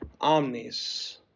Omnis